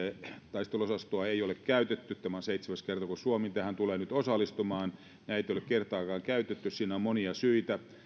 taisteluosastoa ei ei ole käytetty tämä on seitsemäs kerta kun suomi tähän tulee nyt osallistumaan näitä ei ole kertaakaan käytetty siinä on monia syitä